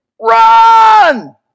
run